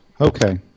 Okay